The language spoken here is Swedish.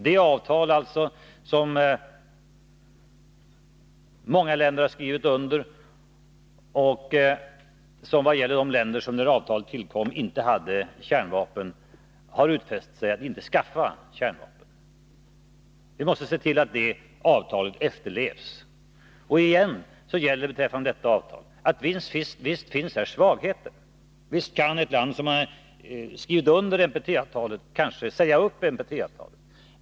Det är ett avtal som många länder har skrivit under, och vad gäller de länder som när avtalet tillkom inte hade kärnvapen, har de utfäst sig att inte skaffa kärnvapen. Vi måste se till att det avtalet efterlevs. Återigen kan man säga om detta avtal: Visst finns det svagheter här, visst kan ett land som har skrivit under NPT-avtalet kanske säga upp det.